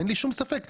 אין לי שום ספק.